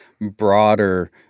broader